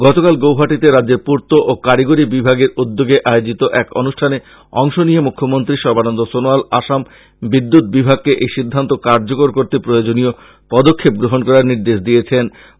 গতকাল গৌহাটিতে রাজ্যের পূর্ত ও কারিগরী বিভাগের উদ্যোগে আয়োজিত এক অনুষ্ঠানে অংশ নিয়ে মুখ্যমন্ত্রী সর্বানন্দ সনোয়াল আসাম বিদ্যুৎ বিভাগকে এই সিদ্ধান্ত কার্যকর করতে প্রয়োজনীয় পদক্ষেপ গ্রহণ করার নির্দেশ দেন